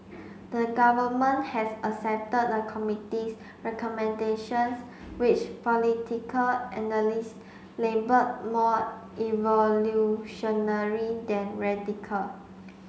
the Government has accepted the committee's recommendations which political analysts labelled more evolutionary than radical